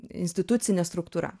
institucinė struktūra